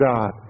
God